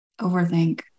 overthink